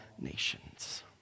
nations